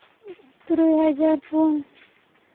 ᱛᱩᱨᱩᱭ ᱦᱟᱡᱟᱨ ᱯᱩᱱ